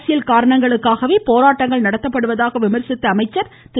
அரசியல் காரணங்களுக்காகவே போராட்டங்கள் நடத்தப்படுவதாக விம்சித்த அமைச்சர் திரு